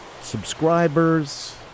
subscribers